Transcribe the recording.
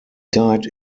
died